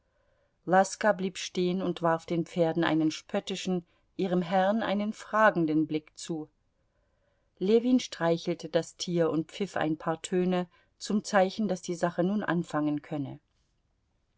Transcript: laska blieb stehen und warf den pferden einen spöttischen ihrem herrn einen fragenden blick zu ljewin streichelte das tier und pfiff ein paar töne zum zeichen daß die sache nun anfangen könne